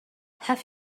have